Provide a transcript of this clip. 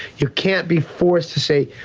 you can't be forced to say,